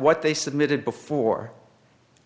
what they submitted before